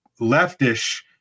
leftish